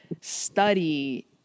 study